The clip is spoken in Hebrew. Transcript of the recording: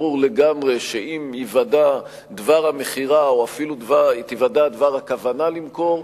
ברור לגמרי שאם ייוודעו דבר המכירה או אפילו הכוונה למכור,